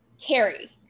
Carrie